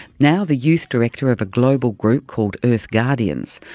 now the youth director of a global group called earth guardians,